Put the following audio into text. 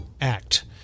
act